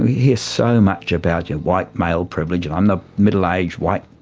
we hear so much about yeah white male privilege and i am the middle-aged white